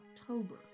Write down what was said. October